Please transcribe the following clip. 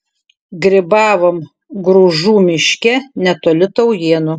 grybavom gružų miške netoli taujėnų